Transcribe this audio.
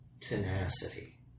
tenacity